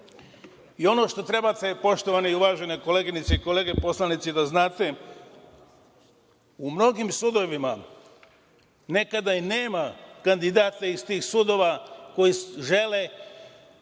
suda. Ono što treba, poštovane i uvažene koleginice i kolege poslanici, da znate, u mnogim sudovima nekada i nema kandidata iz tih sudova koji žele